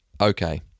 okay